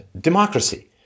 democracy